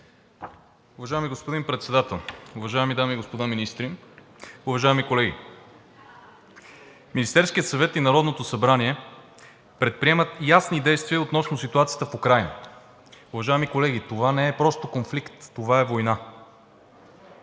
Уважаеми господин Председател, уважаеми дами и господа министри, уважаеми колеги! Министерският съвет и Народното събрание предприемат ясни действия относно ситуацията в Украйна. Уважаеми колеги, това не е просто конфликт, това е война.